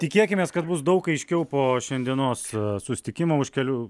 tikėkimės kad bus daug aiškiau po šiandienos susitikimo už kelių